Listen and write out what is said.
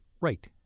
right